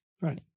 Right